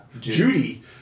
Judy